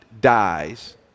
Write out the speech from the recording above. dies